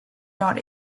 not